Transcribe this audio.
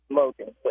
Smoking